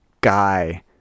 guy